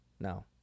No